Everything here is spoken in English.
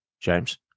James